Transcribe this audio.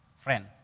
friend